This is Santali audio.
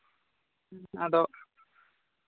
ᱟᱫᱚ